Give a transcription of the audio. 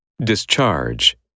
Discharge